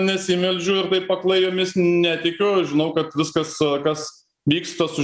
nesimeldžiu ir taip aklai jomis netikiu žinau kad viskas kas vyksta su